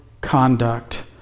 conduct